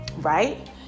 right